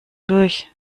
durch